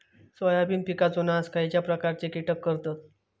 Soybean पिकांचो नाश खयच्या प्रकारचे कीटक करतत?